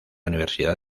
universidad